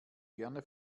gerne